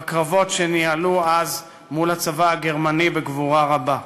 בקרבות שניהלו אז מול הצבא הגרמני בגבורה רבה.